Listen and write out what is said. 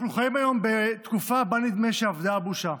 אנחנו חיים היום בתקופה שנדמה שאבדה בה הבושה.